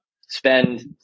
spend